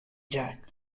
jack